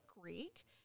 Greek